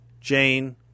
Jane